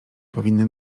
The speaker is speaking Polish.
powinny